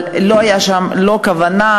אבל לא הייתה שם לא כוונה,